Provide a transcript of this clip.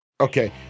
Okay